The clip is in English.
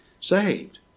saved